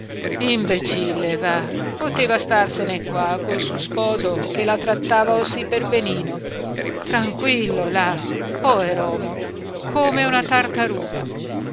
imbecille vah poteva starsene qua col su sposo che la trattava osi perbenino tranquillo là poeromo come una tartaruga